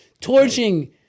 torching